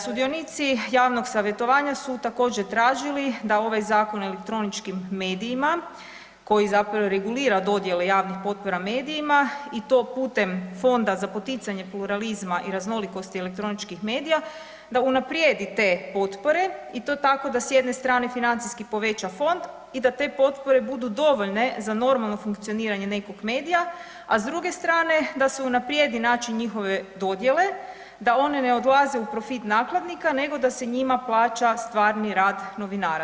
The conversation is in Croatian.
Sudionici javnog savjetovanja su također tražili da ovaj Zakon o elektroničkim medijima koji zapravo regulira dodjele javnih potpora medijima i to putem Fonda za poticanje pluralizma i raznolikosti elektroničkih medija da unaprijedi te potpore i to tako da s jedne stane financijski poveća fond i da te potpore budu dovoljne za normalno funkcioniranje nekog medija, a s druge strane da se unaprijedi način njihove dodjele, da one ne odlaze u profit nakladnika nego da se njima plaća stvari rad novinara.